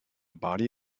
body